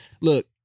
Look